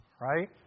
right